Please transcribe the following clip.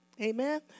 Amen